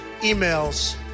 emails